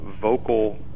vocal